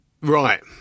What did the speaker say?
right